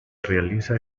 realiza